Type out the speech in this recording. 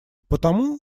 потому